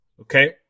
okay